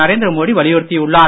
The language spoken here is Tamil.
நரேந்திர மோடி வலியுறுத்தி உள்ளார்